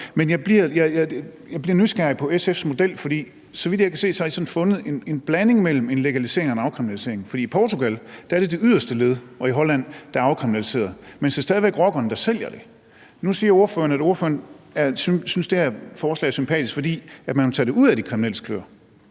Men jeg bliver nysgerrig på SF's model, for så vidt jeg kan se, har I ligesom fundet en blanding mellem en legalisering og en afkriminalisering. For i Portugal og i Holland er det det yderste led, der er afkriminaliseret, men det er stadig væk rockerne, der sælger det. Nu siger ordføreren, at ordføreren synes, at det her forslag er sympatisk, fordi man vil tage det ud af de kriminelles kløer.